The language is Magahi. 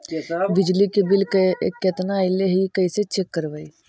बिजली के बिल केतना ऐले हे इ कैसे चेक करबइ?